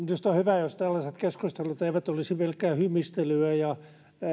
minusta on hyvä jos tällaiset keskustelut eivät olisi pelkkää hymistelyä ja